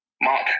Mark